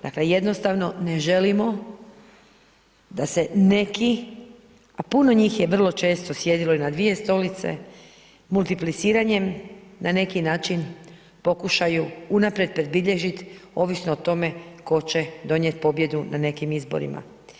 Dakle, jednostavno ne želimo da se neki, a puno njih je vrlo često sjedilo i na dvije stolice, multipliciranjem na neki način, pokušaju unaprijed predbilježit ovisno o tome tko će donijeti pobjedu na nekim izborima.